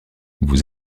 vous